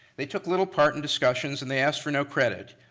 they took little part in discussions, and they asked for no credit.